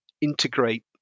integrate